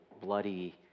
bloody